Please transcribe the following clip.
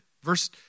Verse